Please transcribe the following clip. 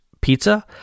pizza